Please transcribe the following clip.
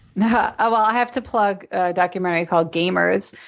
yeah um ah i have to plug a documentary called gamers,